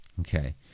Okay